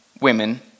women